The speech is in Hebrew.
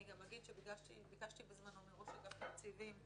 אני אגיד שביקשתי בזמנו מראש אגף התקציבים,